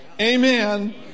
amen